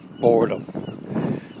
boredom